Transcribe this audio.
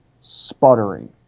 sputtering